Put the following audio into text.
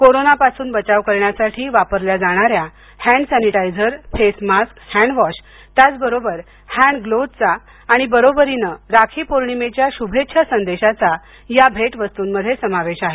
कोरोनापासून बचाव करण्यासाठी वापरल्या जाणाऱ्या हॅन्ड सॅनिटायझर फेसमास्क हँडवॉश त्याचबरोबर हँडग्लोव्हजचा आणि बरोबरीने राखी पौर्णिमेच्या शुभेच्छा संदेशाचा या भेट वस्तूंमध्ये समावेश आहे